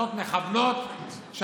מכוונות,